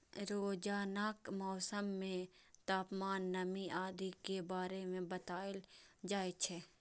रोजानाक मौसम मे तापमान, नमी आदि के बारे मे बताएल जाए छै